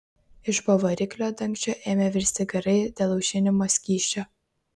iš po variklio dangčio ėmė virsti garai dėl aušinimo skysčio